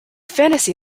fantasy